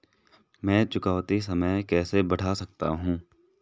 मैं चुकौती समय कैसे बढ़ा सकता हूं?